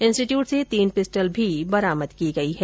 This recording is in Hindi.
इंस्टिट्यूट से तीन पिस्टल भी बरामद की गई है